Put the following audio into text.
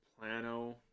plano